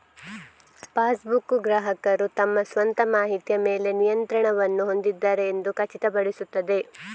passbook, ಗ್ರಾಹಕರು ತಮ್ಮ ಸ್ವಂತ ಮಾಹಿತಿಯ ಮೇಲೆ ನಿಯಂತ್ರಣವನ್ನು ಹೊಂದಿದ್ದಾರೆ ಎಂದು ಖಚಿತಪಡಿಸುತ್ತದೆ